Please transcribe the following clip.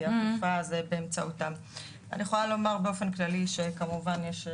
אני יכולה לומר באופן כללי שכמובן יש,